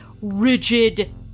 rigid